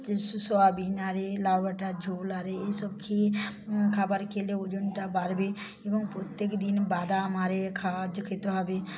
tissue soybean আর এই লাউ ডাঁটার ঝোল আর এই এইসব ঘি খাবার খেলে ওজনটা বাড়বে এবং প্রত্যেকদিন বাদাম আরে খেতে হবে